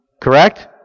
Correct